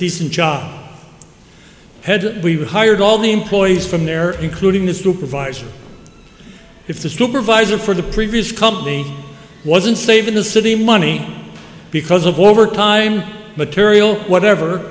decent job had we hired all the employees from there including the supervisor if the supervisor for the previous company wasn't saving the city money because of overtime material whatever